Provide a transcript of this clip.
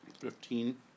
fifteen